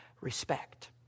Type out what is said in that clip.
respect